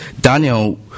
Daniel